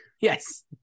Yes